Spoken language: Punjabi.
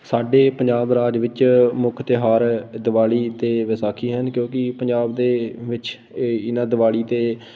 ਸਾਡੇ ਪੰਜਾਬ ਰਾਜ ਵਿੱਚ ਮੁੱਖ ਤਿਉਹਾਰ ਦਿਵਾਲੀ ਅਤੇ ਵਿਸਾਖੀ ਹਨ ਕਿਉਂਕਿ ਪੰਜਾਬ ਦੇ ਵਿੱਚ ਇਹਨਾਂ ਦਿਵਾਲੀ ਅਤੇ